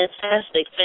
Fantastic